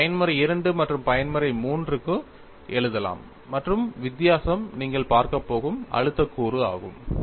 நீங்கள் பயன்முறை II மற்றும் பயன்முறை III க்கு எழுதலாம் மற்றும் வித்தியாசம் நீங்கள் பார்க்கப் போகும் அழுத்தக் கூறு ஆகும்